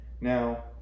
Now